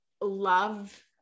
love